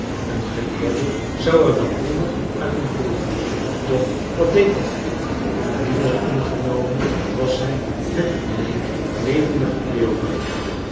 een geleerde zou er wel nimmer uit hem groeien doch wat deed dat er toe minder ingenomen was hij met de bleeke levendige cleopatra